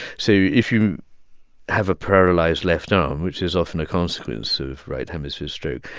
so if you have a paralyzed left arm, which is often a consequence of right hemisphere stroke,